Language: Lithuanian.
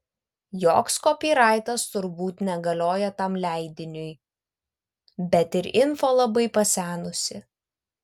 joks kopyraitas turbūt negalioja tam leidiniui bet ir info labai pasenusi